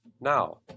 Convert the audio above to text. Now